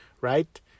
right